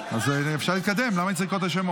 אז אפשר להתקדם, למה אני צריך לקרוא את השמות?